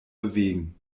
bewegen